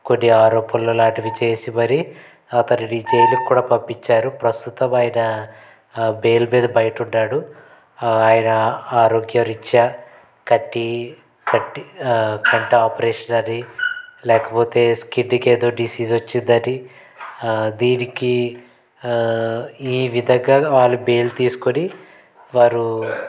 కొన్ని ఆరోపణలు లాంటివి చేసి మరి అతనిని జైలుకు కూడా పంపించారు ప్రస్తుతం ఆయన బెయిల్ మీద బయట ఉన్నాడు ఆయన ఆరోగ్యరీత్యా కంటి కంటి కంటి ఆపరేషన్ అని లేకపోతే స్కిన్కి ఏదో డిసీజ్ వచ్చిందని దీనికి ఈ విధంగా వారి బెయిల్ తీసుకొని వారు